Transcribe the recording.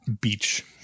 beach